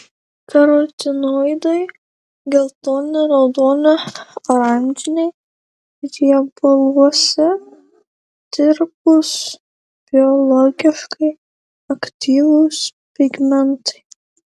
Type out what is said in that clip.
karotinoidai geltoni raudoni oranžiniai riebaluose tirpūs biologiškai aktyvūs pigmentai